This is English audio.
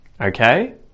Okay